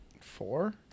Four